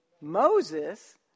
Moses